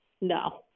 No